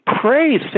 Praise